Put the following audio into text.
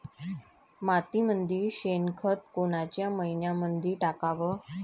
मातीमंदी शेणखत कोनच्या मइन्यामंधी टाकाव?